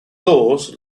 laws